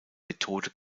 methode